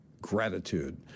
gratitude